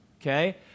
okay